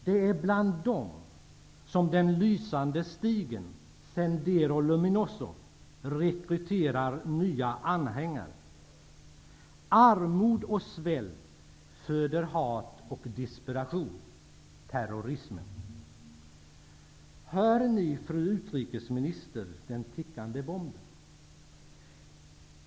Det är bland dem som Den lysande stigen rekryterar nya anhängare. Armod och svält föder hat och desperation -- terrorism. Hör ni, fru utrikesminister, den tickande bomben?